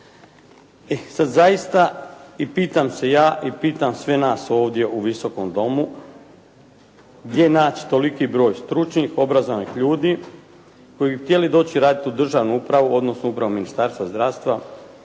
sada zaista i pitam se ja i pitam sve nas ovdje u Visokom domu gdje naći toliki broj stručnih, obrazovnih ljudi koji bi htjeli doći raditi u državnu upravu, odnosno u Upravu Ministarstva zdravstva,